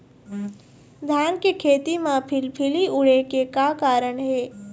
धान के खेती म फिलफिली उड़े के का कारण हे?